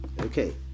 Okay